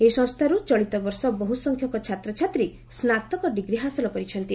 ଏହି ସଂସ୍ଥାରୁ ଚଳିତବର୍ଷ ବହୁ ସଂଖ୍ୟକ ଛାତ୍ରଛାତ୍ରୀ ସ୍କାତକ ଡିଗ୍ରୀ ହାସଲ କରିଛନ୍ତି